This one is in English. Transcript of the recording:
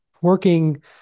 working